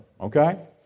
Okay